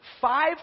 five